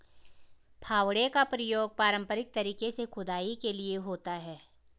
फावड़े का प्रयोग पारंपरिक तरीके से खुदाई के लिए होता है